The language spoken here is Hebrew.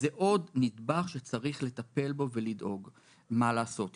זה עוד נדבך שצריך לטפל בו ולדאוג מה לעשות איתו.